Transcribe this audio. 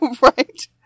Right